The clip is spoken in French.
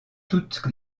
toutes